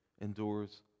endures